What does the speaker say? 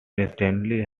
instantly